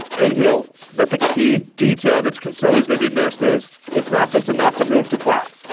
and you know the the key detail that's can so easily be missed is it's not just enough to move to cloud.